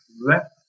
left